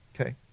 Okay